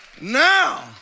now